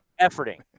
Efforting